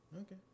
Okay